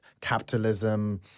capitalism